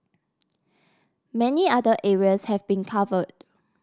many other areas have been covered